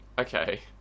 Okay